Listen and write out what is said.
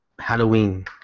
Halloween